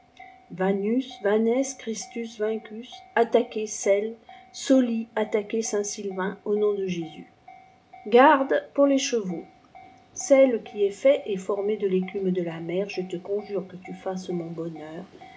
vanes cfvristus vaincus attaquez sel o attaquez saint silvain au nom de jésus garde pmir les chetauœ sel qui es fait et formé de l'écume de la mer je te conjure que tu fasses mon bonheur